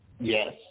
Yes